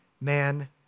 man